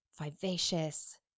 vivacious